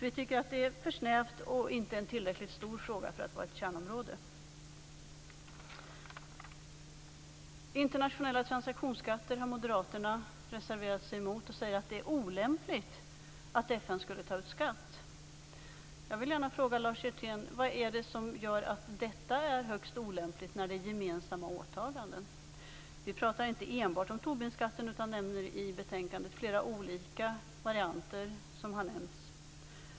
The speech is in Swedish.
Vi tycker att det är för snävt och att det inte är en tillräckligt stor fråga för att vara ett kärnområde. Internationella transaktionsskatter har moderaterna reserverat sig emot. Man säger att det är olämpligt att Vad är det som gör att detta är högst olämpligt, när det är gemensamma åtaganden? Vi pratar inte enbart om Tobinskatten, utan nämner i betänkandet flera olika varianter.